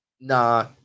Nah